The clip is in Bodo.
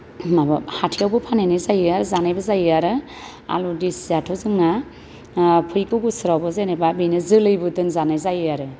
माबा हाथायावबो फानहैनाय जायो जानायबो जायो आरो आलु देसियाथ' जोंना ओ फैगौ बोसोरावबो जेनेबा बेनो जोलैबो दोनजानाय जायो आरो